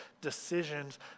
decisions